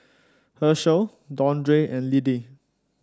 Hershell Dondre and Liddie